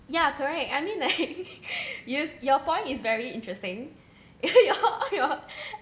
ya correct I mean like you your point is very interesting